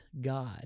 God